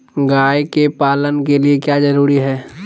गाय के पालन के लिए क्या जरूरी है?